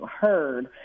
heard